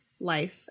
life